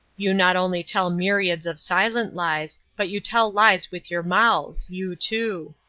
you not only tell myriads of silent lies, but you tell lies with your mouths you two.